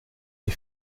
les